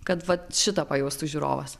kad vat šitą pajaustų žiūrovas